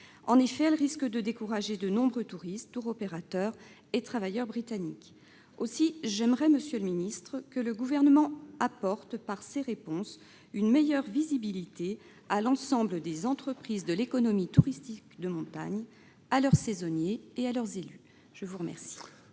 En effet, elles risquent de décourager de nombreux touristes, des tour-opérateurs et des travailleurs britanniques. Aussi, j'aimerais, monsieur le ministre, que le Gouvernement apporte par ses réponses une meilleure visibilité à l'ensemble des entreprises de l'économie touristique de montagne, à leurs saisonniers et aux élus. La parole